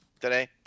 today